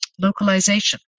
localization